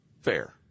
Fair